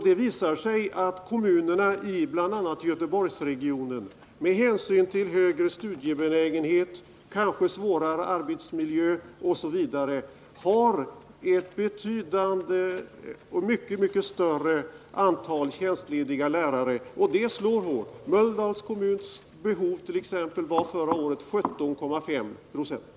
Det visar sig att kommunerna i bl.a. Göteborgsregionen med hänsyn till högre studiebenägenhet, kanske svårare arbetsmiljö osv. har ett mycket större antal tjänstlediga lärare. Det slår hårt. Mölndals kommuns behov t.ex. var förra året 17,5 9e.